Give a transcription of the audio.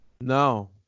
no